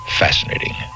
fascinating